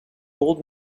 old